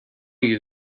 you